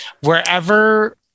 wherever